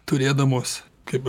turėdamos kaip